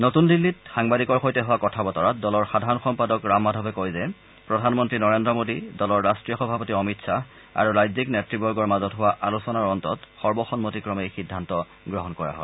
নতুন দিল্লীত সাংবাদিকৰ সৈতে হোৱা কথা বতৰাত দলৰ সাধাৰণ সম্পাদক ৰাম মাধৱে কয় যে প্ৰধানমন্ত্ৰী নৰেন্দ্ৰ মোডী দলৰ ৰাষ্ট্ৰীয় সভাপতি অমিত শ্বাহ আৰু ৰাজ্যিক নেতৃবৰ্গৰ মাজত হোৱা আলোচনাৰ অন্তত সৰ্বসন্মতিক্ৰমে এই সিদ্ধান্ত গ্ৰহণ কৰা হয়